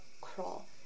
crawl